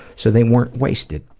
so they weren't wasted.